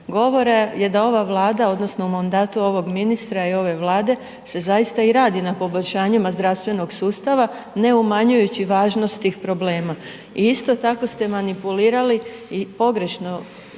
govora je da ova Vlada odnosno u mandatu ovog ministra i ove Vlade se zaista i radi na poboljšanjima zdravstvenog sustava ne umanjujući važnost tih problema. I isto tako ste manipulirali i pogrešno tumačili